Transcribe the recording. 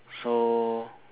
so